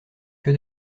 que